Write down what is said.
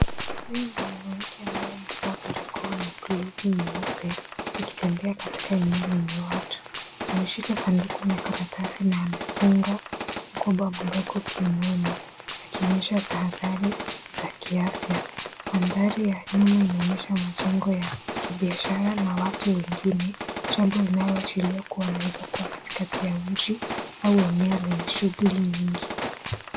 Huyu ni mwanamke ambaye amevaa barakoa na glovu nyeupe. Akitembea katika eneo lenye watu. Ameshika sanduku na karatasi na amefunga mkoba mdogo kiunoni. Akionyesha tahadhari za kiafya. Mandhari ya nyuma inaonyesha majengo ya kibiashara na watu wengine jambo linaloashiria kuwa anaweza kuwa katikati ya mji au eneo lenye shughuli nyingi.